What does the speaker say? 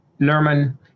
lerman